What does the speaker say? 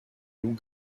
loup